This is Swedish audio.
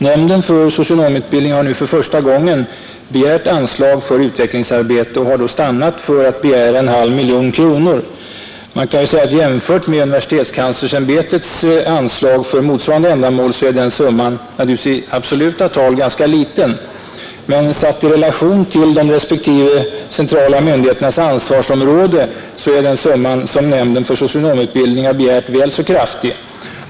Nämnden för socionomutbildning har nu för första gången begärt anslag för utvecklingsarbete och då stannat för en halv miljon kronor. Man kan säga att jämfört med universitetskanslersämbetets anslag för motsvarande ändamål är den summan i absoluta tal ganska liten, men satt i relation till respektive centrala myndighets ansvarsområde är den summa nämnden för socionomutbildning begärt väl så kraftig.